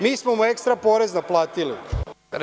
Mi smo mu ekstra porez naplatili.